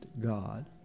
God